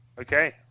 Okay